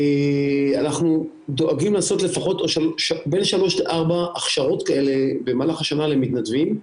אנחנו דואגים לעשות בין שלוש לארבע הכשרות כאלה במהלך השנה למתנדבים,